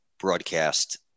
broadcast